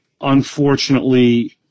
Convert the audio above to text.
unfortunately